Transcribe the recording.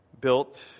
built